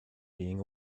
being